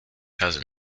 cousin